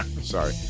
Sorry